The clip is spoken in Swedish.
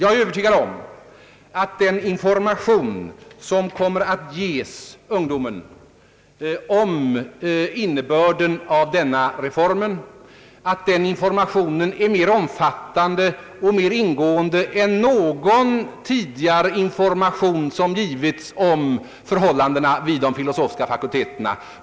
Jag är övertygad om att den information som kommer att ges ungdomen om innebörden av denna reform är mer omfattande och mer ingående än någon tidigare information som givits om förhållandena vid de filosofiska fakulteterna.